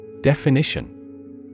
Definition